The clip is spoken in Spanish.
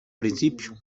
principio